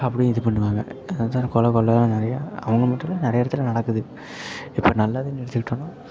அப்படி இது பண்ணுவாங்க அது தான் கொலை கொள்ளை நிறையா அவங்க மட்டும் இல்லை நிறையா இடத்துல நடக்குது இப்போ நல்லதுன்னு எடுத்துக்கிட்டோனால்